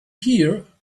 here